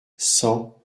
cent